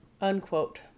Unquote